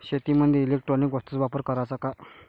शेतीमंदी इलेक्ट्रॉनिक वस्तूचा वापर कराचा का?